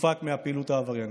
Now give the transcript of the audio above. שהופק מהפעילות העבריינית.